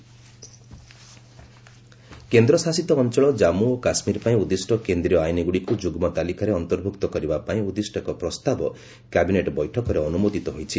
cabinet ଲ କେନ୍ଦ୍ରଶାସିତ ଅଞ୍ଚଳ ଜାନ୍ଧୁ ଓ କାଶ୍ମୀର ପାଇଁ ଉଦ୍ଦିଷ୍ଟ କେନ୍ଦ୍ରୀୟ ଆଇନ୍ଗୁଡ଼ିକୁ ଯୁଗ୍ମ ତାଲିକାରେ ଅନ୍ତର୍ଭୁକ୍ତ କରିବା ପାଇଁ ଉଦ୍ଦିଷ୍ଟ ଏକ ପ୍ରସ୍ତାବ କ୍ୟାବିନେଟ୍ ବୈଠକରେ ଅନୁମୋଦିତ ହୋଇଛି